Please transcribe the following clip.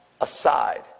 aside